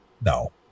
no